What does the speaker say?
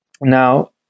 Now